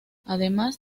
además